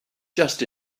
just